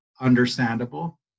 understandable